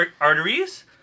arteries